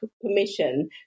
permission